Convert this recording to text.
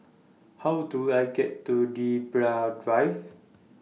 How Do I get to Libra Drive